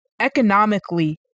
economically